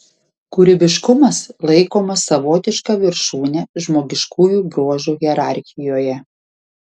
kūrybiškumas laikomas savotiška viršūne žmogiškųjų bruožų hierarchijoje